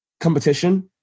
competition